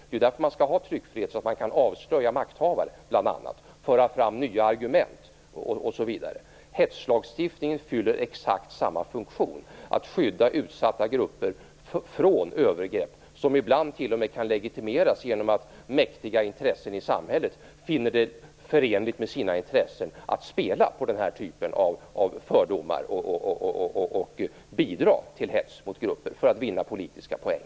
Det är därför man skall ha tryckfrihet, så att man kan avslöja bl.a. makthavare, föra fram nya argument osv. Hetslagstiftningen fyller exakt samma funktion, att skydda utsatta grupper från övergrepp, som ibland t.o.m. kan legitimeras genom att mäktiga intressen i samhället finner det förenligt med sina intressen att spela på den här typen av fördomar och bidra till hets mot grupper för att vinna politiska poäng.